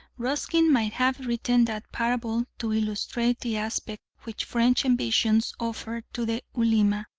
ruskin might have written that parable to illustrate the aspect which french ambitions offered to the ulema.